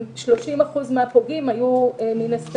30% מן הפוגעים היו בגירים,